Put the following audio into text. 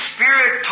Spirit